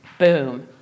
boom